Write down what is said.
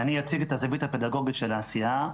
אני אציג את הזווית הפדגוגית של העשייה.